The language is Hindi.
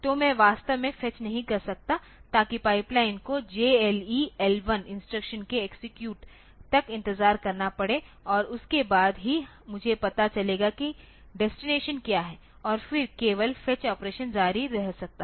तो मैं वास्तव में फेच नहीं कर सकता ताकि पाइपलाइन को JLE L1 इंस्ट्रक्शन के एक्सेक्यूट तक इंतजार करना पड़े और उसके बाद ही मुझे पता चलेगा कि डेस्टिनेशन क्या है और फिर केवल फेच ऑपरेशन जारी रह सकता है